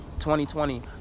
2020